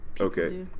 Okay